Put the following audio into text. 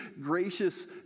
gracious